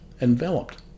enveloped